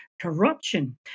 corruption